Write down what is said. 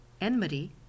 enmity